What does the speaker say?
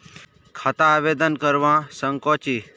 खाता आवेदन करवा संकोची?